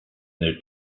their